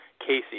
Casey